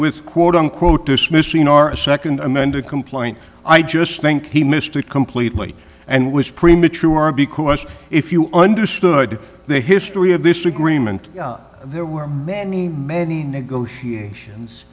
with quote unquote dismissing or a nd amended complaint i just think he missed it completely and was premature because if you understood the history of this agreement there were many many negotiations